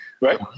Right